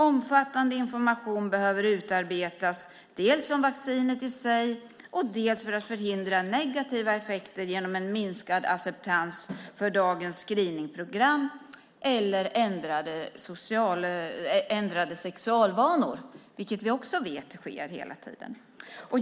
Omfattande information behöver utarbetas, dels om vaccinet i sig och dels för att förhindra negativa effekter genom en minskad acceptans för dagens screeningprogram eller ändrade sexualvanor." Vi vet att det också sker hela tiden.